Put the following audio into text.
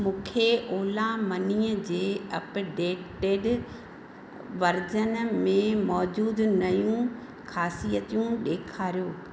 मूंखे Ola money जे updated version में मौजूदु नयूं खासियतूं ॾेखारियो